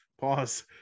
Pause